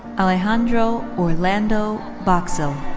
alejandro orlando boxill.